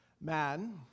Man